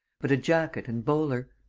but a jacket and bowler.